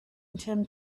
tim